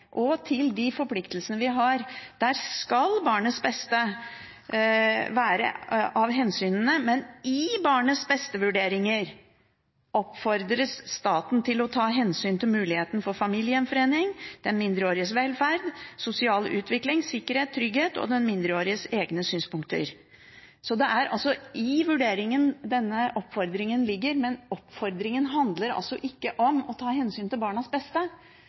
og i forhold til de forpliktelsene vi har. Der skal barnets beste være blant hensynene, men i barnets-beste-vurderinger oppfordres staten til å ta hensyn til «muligheten for familiegjenforening, den mindreåriges velferd og sosiale utvikling, sikkerhet og trygghet og den mindreåriges egne synspunkter». Så det er i vurderingen denne oppfordringen ligger, men oppfordringen handler ikke om å ta hensyn til barnets beste.